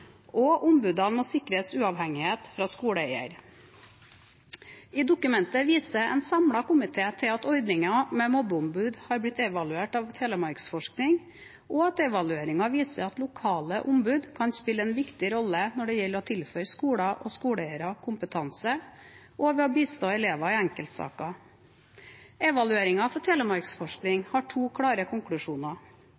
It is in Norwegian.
og ombudene må sikres uavhengighet fra skoleeier. I dokumentet viser en samlet komité til at ordningen med mobbeombud er blitt evaluert av Telemarksforskning, og at evalueringen viser at lokale ombud kan spille en viktig rolle når det gjelder å tilføre skoler og skoleeiere kompetanse, og ved å bistå elever i enkeltsaker. Evalueringen fra Telemarksforskning